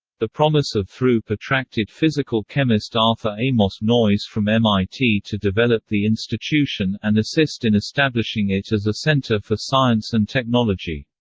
the promise of throop attracted physical chemist arthur amos noyes from mit to develop the institution and assist in establishing it as a center for science and technology.